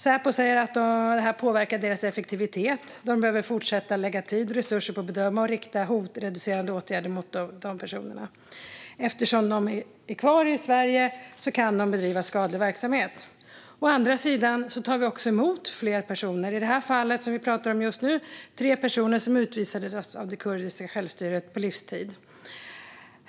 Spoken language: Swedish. Säpo säger att det här påverkar deras effektivitet i och med att de behöver fortsätta att lägga tid och resurser på att bedöma och rikta hotreducerande åtgärder mot de här personerna eftersom de kan bedriva skadlig verksamhet om de är kvar i Sverige. Å andra sidan tar vi också emot fler personer - i det fall vi pratar om just nu tre personer som utvisades på livstid av det kurdiska självstyret.